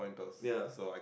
ya